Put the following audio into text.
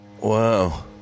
Wow